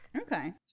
okay